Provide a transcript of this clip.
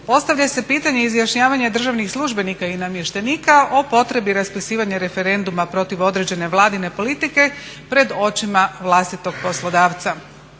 "Postavlja se pitanje izjašnjavanja državnih službenika i namještenika o potrebi raspisivanja referenduma protiv određene Vladine politike pred očima vlastitog poslodavca.